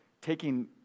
taking